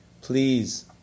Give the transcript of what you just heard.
Please